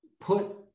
put